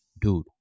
dude